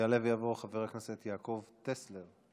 יעלה ויבוא חבר הכנסת יעקב טסלר,